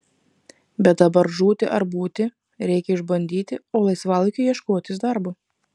bet dabar žūti ar būti reikia išbandyti o laisvalaikiu ieškotis darbo